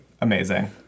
Amazing